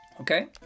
Okay